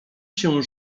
się